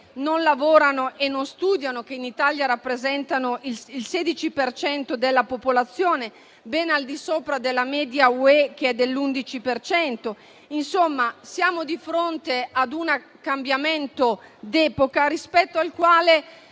non lavorano e non studiano, che in Italia rappresentano il 16 per cento della popolazione, ben al di sopra della media UE, che è dell'11 per cento. Insomma, siamo di fronte ad un cambiamento d'epoca, rispetto al quale